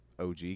og